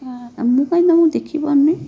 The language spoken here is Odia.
ମୁଁ କାହିଁ ତୁମକୁ ଦେଖିପାରୁନି